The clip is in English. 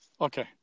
okay